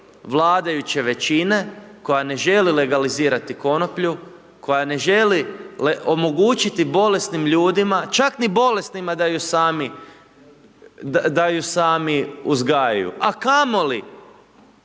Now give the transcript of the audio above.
vladajuće većine koja ne želi legalizirati konoplju, koja ne želi omogućiti bolesnim ljudima čak ni bolesnima da ju sami uzgajaju, a kamoli